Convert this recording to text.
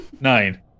Nine